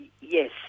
Yes